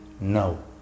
no